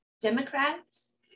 Democrats